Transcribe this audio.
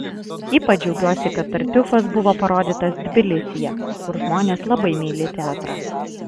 ypač džiaugiuosi kad tartiufas buvo parodytas tbilisyje kur žmonės labai myli teatrą